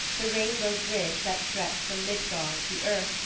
the rainbow bridge that stretched from midgard, the earth,